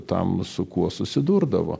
tam su kuo susidurdavo